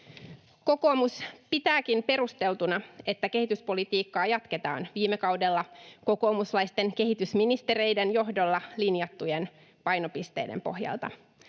Kokoomus pitääkin perusteltuna, että kehityspolitiikkaa jatketaan viime kaudella kokoomuslaisten kehitysministereiden johdolla linjattujen painopisteiden pohjalta: